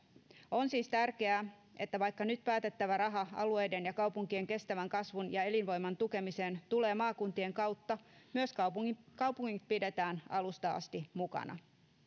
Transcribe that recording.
on siis tärkeää että vaikka nyt päätettävä raha alueiden ja kaupunkien kestävän kasvun ja elinvoiman tukemiseen tulee maakuntien kautta myös kaupungit kaupungit pidetään alusta asti mukana